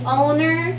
owner